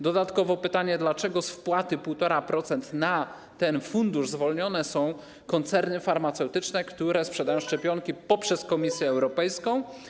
Dodatkowe pytanie: Dlaczego z wpłaty 1,5% na ten fundusz zwolnione są koncerny farmaceutyczne, które sprzedają szczepionki poprzez Komisję Europejską?